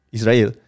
Israel